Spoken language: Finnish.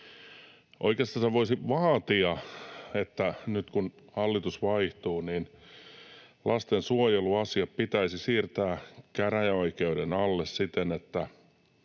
Oikeastaan voisi vaatia, että nyt kun hallitus vaihtuu, lastensuojeluasia pitäisi siirtää käräjäoikeuden alle siten, että